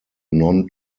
non